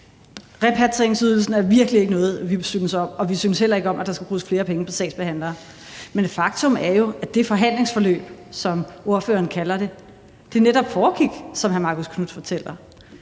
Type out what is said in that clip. Repatrieringsydelsen er virkelig ikke noget, vi synes om, og vi synes heller ikke om, at der skal bruges flere penge på sagsbehandlere. Men faktum er jo, at det forhandlingsforløb, som ordføreren kalder det, netop foregik, som hr. Marcus Knuth fortæller.